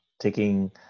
taking